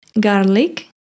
garlic